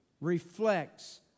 reflects